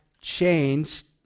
changed